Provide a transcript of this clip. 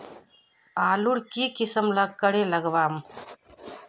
आलूर की किसम करे लागम?